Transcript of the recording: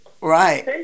Right